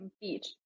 Beach